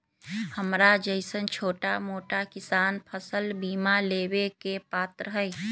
हमरा जैईसन छोटा मोटा किसान फसल बीमा लेबे के पात्र हई?